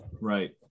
right